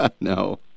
No